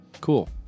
Cool